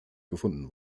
gefunden